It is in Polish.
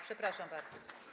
Przepraszam bardzo.